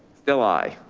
still aye.